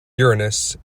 uranus